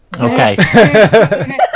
Okay